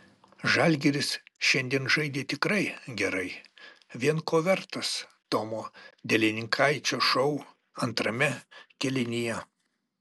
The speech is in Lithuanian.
žalgiris šiandien žaidė tikrai gerai vien ko vertas tomo delininkaičio šou antrame kėlinyje